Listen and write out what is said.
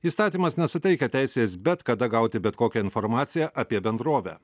įstatymas nesuteikia teisės bet kada gauti bet kokią informaciją apie bendrovę